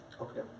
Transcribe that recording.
Okay